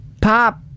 pop